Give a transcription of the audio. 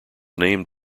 named